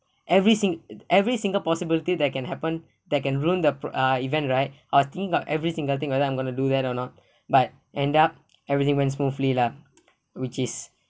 every sing~ every single possibility that can happen that can ruin the uh event right I was thinking about every single thing whether I'm going to do that or not but end up everything went smoothly lah which is